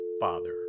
Father